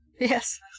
yes